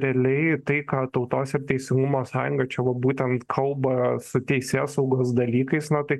realiai tai ką tautos ir teisingumo sąjunga čia va būtent kalba teisėsaugos dalykais na tai